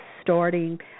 starting